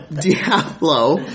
Diablo